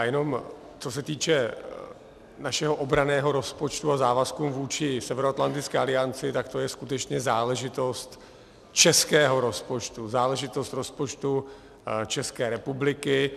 Jenom co se týče našeho obranného rozpočtu a závazků vůči Severoatlantické alianci, to je skutečně záležitost českého rozpočtu, záležitost rozpočtu České republiky.